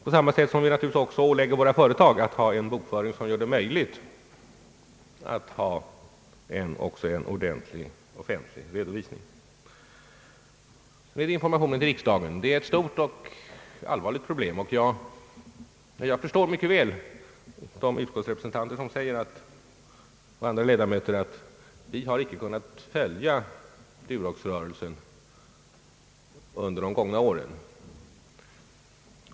På samma sätt ålägger vi självfallet våra företag att ha en bokföring som gör det möjligt att lämna en utförlig offentlig redovisning. Informationen till riksdagen är ett stort och allvarligt problem. Jag förstår mycket väl de utskottsrepresentanter som säger att de inte har kunnat följa utvecklingen inom Durox under de gångna åren.